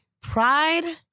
Pride